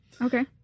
Okay